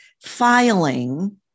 Filing